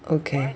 okay